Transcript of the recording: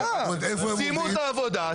סיימו את העבודה,